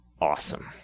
awesome